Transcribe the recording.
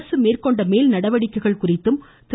அரசு மேற்கொண்டுள்ள நடவடிக்கைகள் குறித்தும் திரு